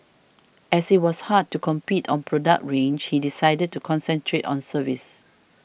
as it was hard to compete on product range he decided to concentrate on service